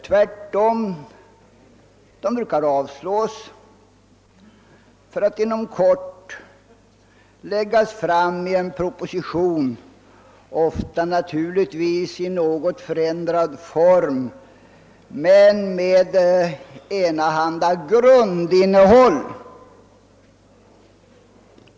Tvärtom — de brukar avslås för att emellertid inom kort läggas fram i en proposition, ofta i något förändrad form men med enahanda grundinnehåll.